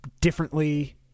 differently